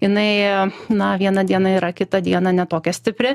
jinai na vieną dieną yra kitą dieną ne tokia stipri